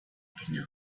alchemy